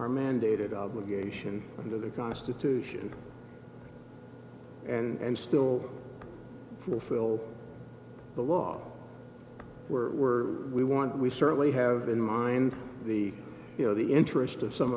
are mandated obligation under the constitution and still fulfill the law were we want we certainly have in mind the you know the interest of some